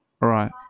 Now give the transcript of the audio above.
right